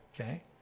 Okay